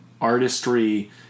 artistry